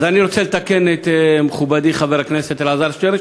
אז אני רוצה לתקן את מכובדי חבר הכנסת אלעזר שטרן,